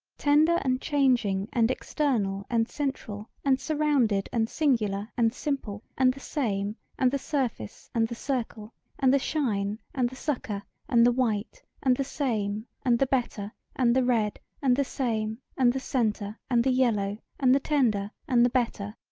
tender and changing and external and central and surrounded and singular and simple and the same and the surface and the circle and the shine and the succor and the white and the same and the better and the red and the same and the centre and the yellow and the tender and the better,